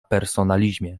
personalizmie